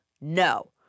No